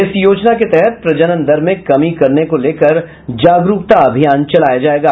इस योजना के तहत प्रजनन दर में कमी करने को लेकर जागरूकता अभियान चलाया जायेगा